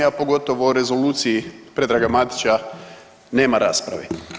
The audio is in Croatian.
A pogotovo o rezoluciji Predraga Matića nema rasprave.